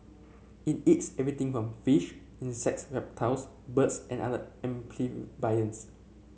it eats everything from fish insects reptiles birds and other amphibians